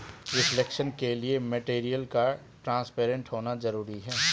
reflection के लिए material का ट्रांसपेरेंट होना जरूरी है